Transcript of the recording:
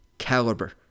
caliber